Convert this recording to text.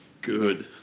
Good